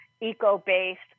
eco-based